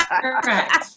Correct